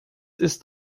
ist